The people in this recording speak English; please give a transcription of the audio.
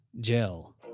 Gel